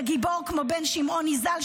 שגיבור כמו בן שמעוני ז"ל,